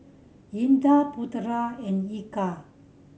Indah Putera and Eka